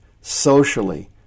socially